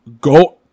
go